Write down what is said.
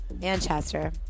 Manchester